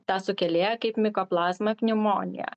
tą sukėlėją kaip mikoplazmą pneumoniją